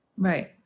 Right